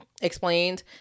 Explained